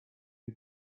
you